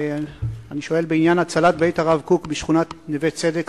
אני שואל בעניין הצלת בית הרב קוק בשכונת נווה-צדק,